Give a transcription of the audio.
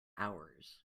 hours